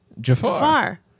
Jafar